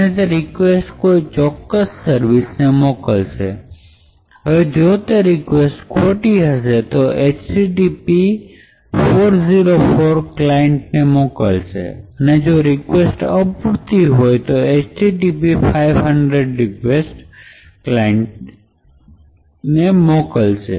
અને તે રિક્વેસ્ટ કોઈ ચોક્કસ સર્વિસને મોકલશે અને જો તે રીક્વેસ્ટ ખોટી હશે તો તે http 404 ક્લાયન્ટ ને મોકલશે અને જો રિક્વેસ્ટ અપૂરતી હશે તો તે http 500 રિક્વેસ્ટ ક્લાયન્ટ ને મોકલશે